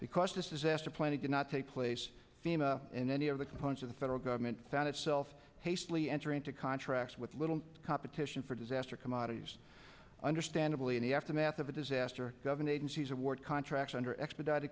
because this is after plan it did not take place in any of the components of the federal government found itself hastily enter into contracts with little competition for disaster commodities understandably in the aftermath of a disaster government agencies award contracts under expedit